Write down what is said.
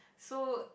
so